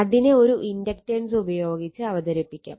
അതിനെ ഒരു ഇൻഡക്റ്റൻസ് ഉപയോഗിച്ച് അവതരിപ്പിക്കാം